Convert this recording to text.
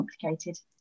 complicated